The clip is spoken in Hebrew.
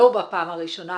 לא בפעם הראשונה,